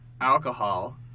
alcohol